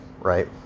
right